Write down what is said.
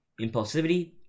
impulsivity